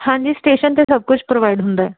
ਹਾਂਜੀ ਸਟੇਸ਼ਨ 'ਤੇ ਸਭ ਕੁਝ ਪ੍ਰੋਵਾਈਡ ਹੁੰਦਾ